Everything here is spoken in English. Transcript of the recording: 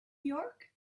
york